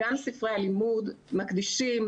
גם ספרי הלימוד מקדישים